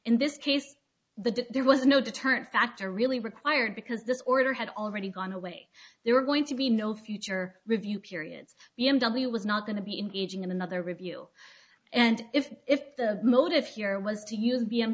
in this case the there was no deterrent factor really required because this order had already gone away there were going to be no future review periods b m w was not going to be engaging in another review and if if the motive here was to use